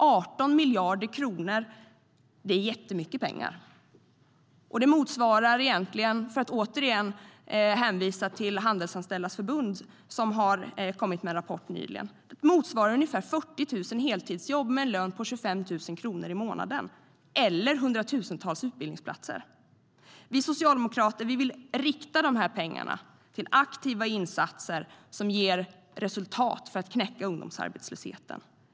18 miljarder kronor är jättemycket pengar. Det motsvarar, för att återigen hänvisa till den rapport som Handelsanställdas förbund kom med nyligen, ungefär 40 000 heltidsjobb med en lön på 25 000 kronor i månaden eller hundratusentals utbildningsplatser. Vi socialdemokrater vill rikta de här pengarna mot aktiva insatser som ger resultat för att knäcka ungdomsarbetslösheten.